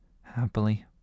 happily